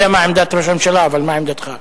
אני יודע מה עמדת ראש הממשלה, אבל מה עמדתך?